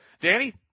Danny